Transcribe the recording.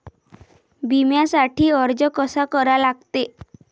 बिम्यासाठी अर्ज कसा करा लागते?